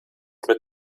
mit